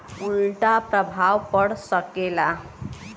उल्टा प्रभाव पड़ सकेला